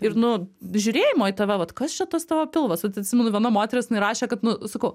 ir nu žiūrėjimo į tave vat kas čia tas tavo pilvas aš atsimenu viena moteris jinai rašė kad nu sakau